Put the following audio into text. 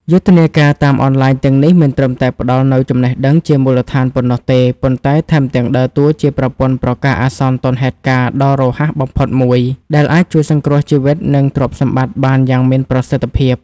យុទ្ធនាការតាមអនឡាញទាំងនេះ មិនត្រឹមតែផ្ដល់នូវចំណេះដឹងជាមូលដ្ឋានប៉ុណ្ណោះទេ ប៉ុន្តែថែមទាំងដើរតួជាប្រព័ន្ធប្រកាសអាសន្នទាន់ហេតុការណ៍ ដ៏រហ័សបំផុតមួយ ដែលអាចជួយសង្គ្រោះជីវិត និងទ្រព្យសម្បត្តិបានយ៉ាងមានប្រសិទ្ធភាព។